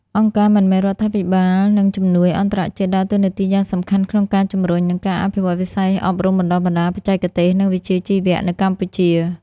អង្គការមិនមែនរដ្ឋាភិបាល និងជំនួយអន្តរជាតិដើរតួនាទីយ៉ាងសំខាន់ក្នុងការជំរុញ និងអភិវឌ្ឍវិស័យអប់រំបណ្តុះបណ្តាលបច្ចេកទេស និងវិជ្ជាជីវៈ នៅកម្ពុជា។